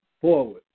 forward